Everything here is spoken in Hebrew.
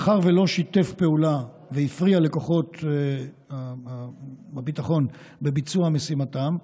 מאחר שלא שיתף פעולה והפריע לכוחות הביטחון בביצוע משימתם,